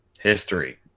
history